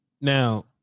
Now